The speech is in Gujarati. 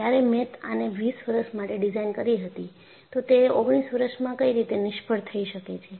જ્યારે મેં આને 20 વર્ષ માટે ડિઝાઇન કરી હતી તો તે 19 વર્ષમાં કઈ રીતે નિષ્ફળ થઈ શકે છે